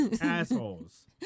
assholes